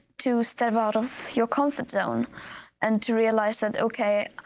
to step out of your comfort zone and to realise that, okay,